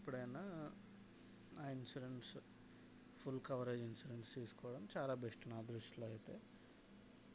ఎప్పుడైనా insurance full coverage insurance తీసుకోవడం చాలా బెస్ట్ నా దృష్టిలో అయితే